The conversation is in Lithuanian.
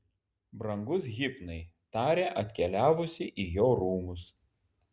brangus hipnai tarė atkeliavusi į jo rūmus